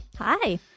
Hi